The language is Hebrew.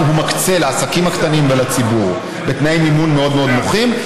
הוא מקצה לעסקים הקטנים ולציבור בתנאי מימון מאוד מאוד נוחים.